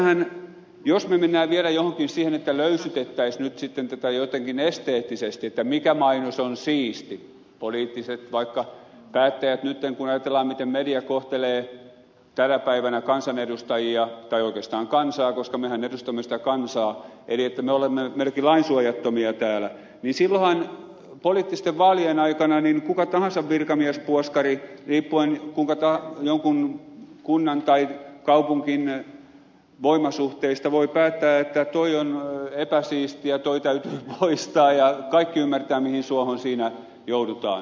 tässähän jos me menemme vielä siihen että löystytettäisiin nyt sitten tätä jotenkin esteettisesti mikä mainos on siisti kun me poliittiset päättäjät nyt kun ajatellaan miten media kohtelee tänä päivänä kansanedustajia tai oikeastaan kansaa koska mehän edustamme sitä kansaa olemme melkein lainsuojattomia täällä niin silloinhan poliittisten vaalien aikana kuka tahansa virkamies puoskari riippuen jonkun kunnan tai kaupungin voimasuhteista voi päättää että tuo on epäsiisti ja tuo täytyy poistaa ja kaikki ymmärtävät mihin suohon siinä joudutaan